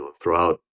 throughout